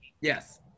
Yes